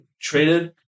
traded